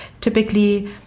typically